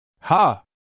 Ha